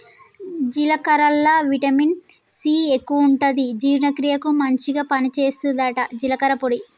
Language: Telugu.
జీలకర్రల విటమిన్ సి ఎక్కువుంటది జీర్ణ క్రియకు మంచిగ పని చేస్తదట జీలకర్ర పొడి